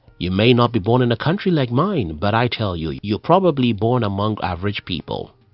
you may not be born in a country like mine, but i tell you, you're probably born among average people.